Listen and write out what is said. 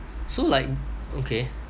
so like okay